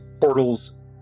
portals